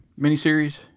miniseries